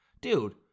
dude